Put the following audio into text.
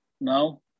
No